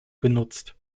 genutzt